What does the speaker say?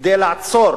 כדי לעצור